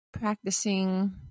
practicing